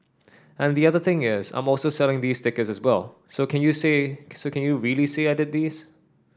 and the other thing is I'm also selling these stickers as well so can you say so can you really say I did these